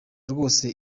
rwose